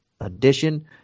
edition